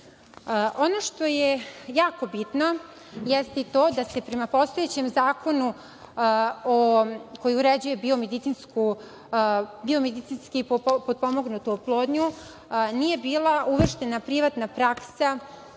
što je jako bitno jeste i to da prema postojećem zakonu, koji uređuje biomedicinski potpomognutu oplodnju, nije bila uvrštena privatna praska